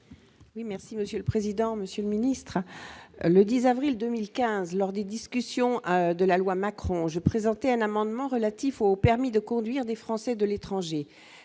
Oui, merci Monsieur le président, Monsieur le Ministre, le 10 avril 2015 lors des discussions de la loi Macron, j'ai présenté un amendement relatif au permis de conduire des Français de l'étranger,